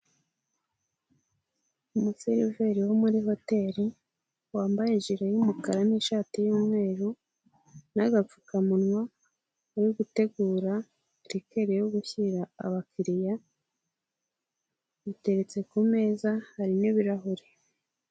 Umuseriveri wo muri hoteri, wambaye ijire y'umukara n'ishati y'umweru n'agapfukamunwa, uri gutegura rikeri yo gushyira abakiriya, biteretse ku meza harimo ibirahuri.